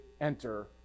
enter